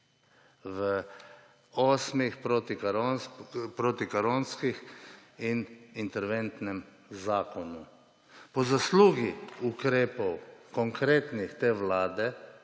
v osmih protikoronskih in interventnem zakonu. Po zaslugi konkretnih ukrepov te vlade